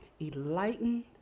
enlighten